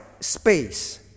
space